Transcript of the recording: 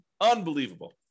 Unbelievable